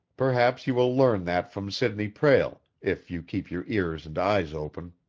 perhaps you will learn that from sidney prale, if you keep your ears and eyes open.